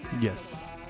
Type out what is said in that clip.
Yes